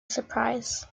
surprise